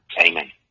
Amen